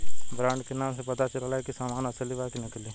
brand के नाम से पता चलेला की सामान असली बा कि नकली